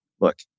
look